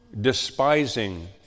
despising